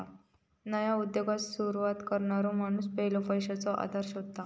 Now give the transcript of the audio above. नया उद्योगाक सुरवात करणारो माणूस पयलो पैशाचो आधार शोधता